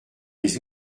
les